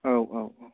औ औ औ